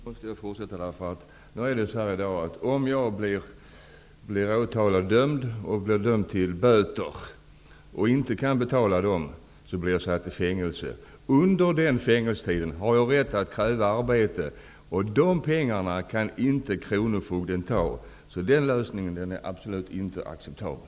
Herr talman! Då måste jag fortsätta debatten, därför att i dag är det så att jag, om jag blir åtalad och dömd till att betala böter och inte kan betala dem, blir satt i fängelse. Under den fängelsetiden har jag rätt till arbete, och pengarna för det arbetet kan inte kronofogden ta. Den lösningen är absolut inte acceptabel.